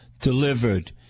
delivered